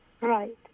Right